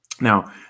Now